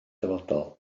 dyfodol